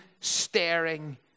staring